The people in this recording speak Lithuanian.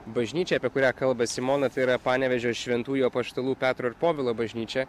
bažnyčia apie kurią kalba simona tai yra panevėžio šventųjų apaštalų petro ir povilo bažnyčia